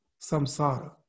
samsara